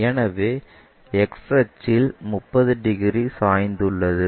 எனவே XY அச்சில் 30 degree சாய்ந்துள்ளது